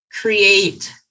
create